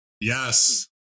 Yes